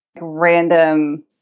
random